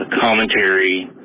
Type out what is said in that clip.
commentary